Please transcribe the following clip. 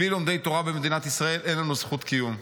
בלי לומדי תורה במדינת ישראל אין לנו זכות קיום.